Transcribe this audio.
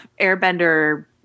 airbender